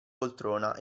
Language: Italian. poltrona